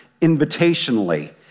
invitationally